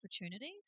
opportunities